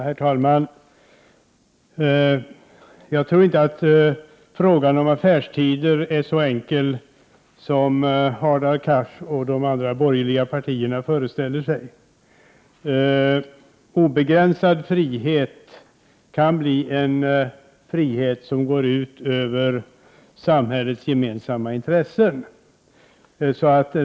Herr talman! Jag tror inte att frågan om affärstider är så enkel som Hadar Cars och företrädarna för de andra borgerliga partierna föreställer sig. Obegränsad frihet kan bli en frihet som går ut över samhällets gemensamma intressen.